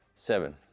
seven